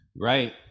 Right